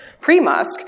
pre-Musk